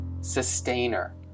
sustainer